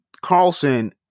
Carlson